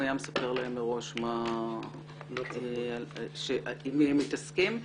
הוא היה מספר להם מראש עם מי הם מתעסקים.